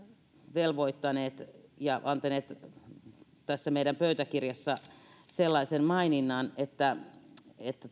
velvoittaneet ja antaneet tässä meidän pöytäkirjassa sellaisen maininnan että että